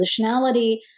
positionality